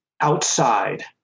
outside